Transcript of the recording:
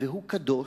והוא קדוש,